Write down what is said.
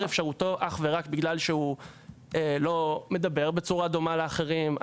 אפשרותו אך ורק בגלל שהוא לא מדבר בצורה דומה לאחרים.